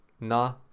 nah